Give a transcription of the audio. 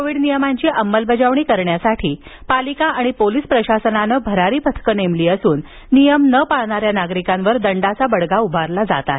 Covid नियमांची अंमलबजवणी करण्यासाठी पालिका आणि पोलिस प्रशासनानं भरारी पथकं नेमली असून नियम न पाळणाऱ्या नागरिकांवर दंडाचा बडगा उगारला जात आहे